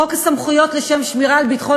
חוק הסמכויות לשם שמירה על ביטחון